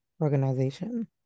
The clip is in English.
organization